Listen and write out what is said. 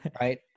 Right